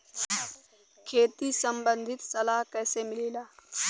खेती संबंधित सलाह कैसे मिलेला?